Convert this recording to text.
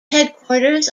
headquarters